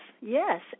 yes